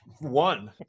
one